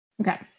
Okay